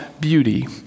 beauty